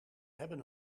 hebben